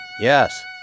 Yes